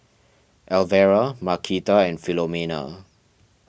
Elvera Marquita and Philomena